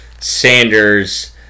Sanders